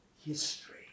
history